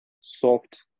soft